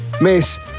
Miss